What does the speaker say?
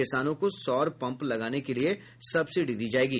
किसानों को सौर पम्प लगाने के लिए सब्सिडी दी जाएगी